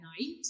night